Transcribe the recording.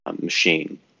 machine